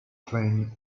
kling